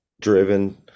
driven